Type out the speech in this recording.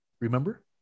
Remember